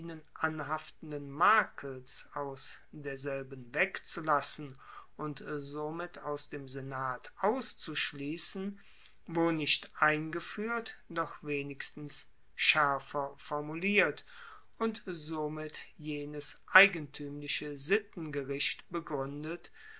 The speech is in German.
anhaftenden makels aus derselben wegzulassen und somit aus dem senat auszuschliessen wo nicht eingefuehrt doch wenigstens schaerfer formuliert und somit jenes eigentuemliche sittengericht begruendet